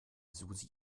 susi